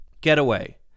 getaway